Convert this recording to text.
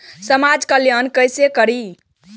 समाज कल्याण केसे करी?